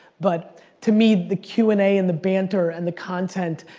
but to me the q and a and the banter and the content